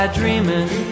dreaming